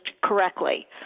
correctly